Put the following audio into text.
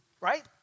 right